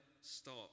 stop